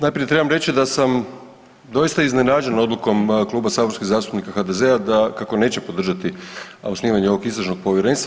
Najprije trebam reći da sam doista iznenađen odlukom Kluba saborskih zastupnika HDZ-a da kako neće podržati osnivanje ovog Istražnog povjerenstva.